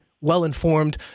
well-informed